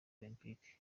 olempike